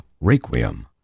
Requiem